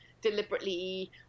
deliberately